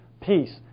peace